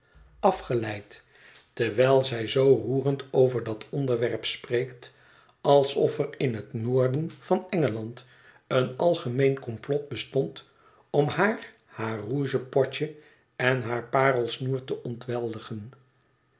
afgeleid terwijl zij zoo roerend over dat onderwerp spreekt alsof er in het noorden van engeland een algemeen komplot bestond om haar haar rouge potje en haar parelsneer te ontweldigen